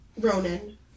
Ronan